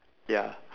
ya